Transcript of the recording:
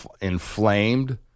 inflamed